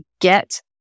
get